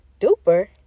duper